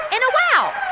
and a wow!